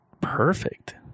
perfect